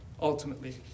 ultimately